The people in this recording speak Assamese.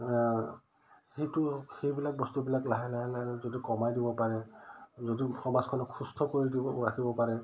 সেইটো সেইবিলাক বস্তুবিলাক লাহে লাহে লাহে যদি কমাই দিব পাৰে যদি সমাজখন সুস্থ কৰি দিব ৰাখিব পাৰে সেইকাৰণে